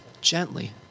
Gently